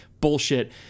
bullshit